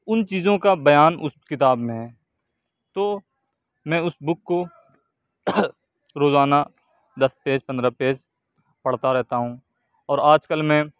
ان چیزوں کا بیان اس کتاب میں ہے تو میں اس بک کو روزانہ دس پیج پندرہ پیج پڑھتا رہتا ہوں اور آج کل میں